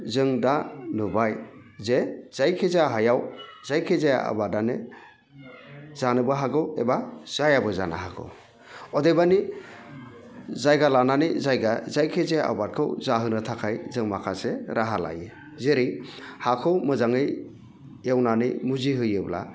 जोंदा नुबाय जे जाखिजाया हायाव जायखिजाया आबादानो जानोबो हागौ एबा जायाबो जानो हागौ अदेबानि जायगा लानानै जायगा जायखि जाया आबादखौ जाहोनो थाखाय जों माखासे राहा लायो जेरै हाखौ मोजाङै एवनानै मुजिहोयोब्ला